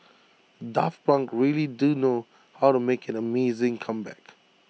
daft Punk really do know how to make an amazing comeback